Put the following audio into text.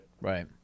Right